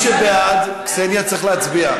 קסניה, צריכים להצביע.